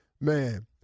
Man